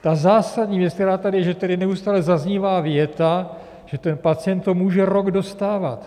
Ta zásadní věc, která tady je, že tedy neustále zaznívá věta, že ten pacient to může rok dostávat.